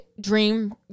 dream